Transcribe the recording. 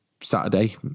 Saturday